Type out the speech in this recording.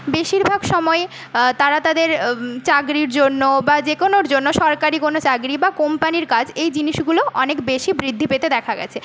বেশিরভাগ সময়ই তাঁরা তাঁদের চাকরির জন্য বা যে কোনোর জন্য সরকারি কোনো চাকরি বা কোম্পানির কাজ এই জিনিসগুলো অনেক বেশি বৃদ্ধি পেতে দেখা গিয়েছে